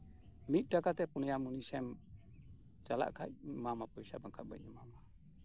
ᱢᱤᱫ ᱴᱟᱠᱟ ᱛᱮ ᱯᱩᱱᱭᱟ ᱢᱩᱱᱤᱥ ᱮᱢ ᱪᱟᱞᱟᱜ ᱠᱷᱟᱱ ᱮᱢᱟᱢᱟ ᱯᱚᱭᱥᱟ ᱵᱟᱠᱷᱟᱱ ᱵᱟᱹᱧ ᱮᱢᱟᱢᱟ